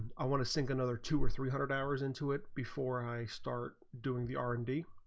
sink another two or three hundred hours into it before i start doing the r. and d.